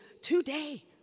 today